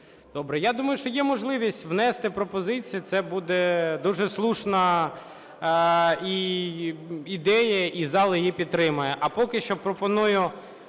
добре. Я думаю, що є можливість внести пропозиції. Це буде дуже слушна ідея, і зала її підтримає.